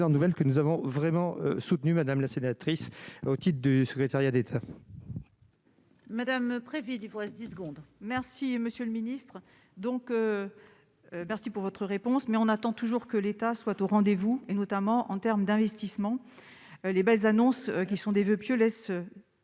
nouvelle que nous avons vraiment soutenu Madame la sénatrice otite du secrétariat d'État. Madame prévu l'ivresse 10 secondes merci monsieur le ministre, donc. Merci pour votre réponse, mais on attend toujours que l'État soit au rendez-vous, et notamment en termes d'investissements, les belles annonces qui sont des voeux pieux laisse